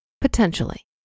potentially